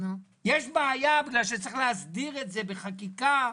יש בעיה בגלל שצריך להסדיר את זה בחקיקה,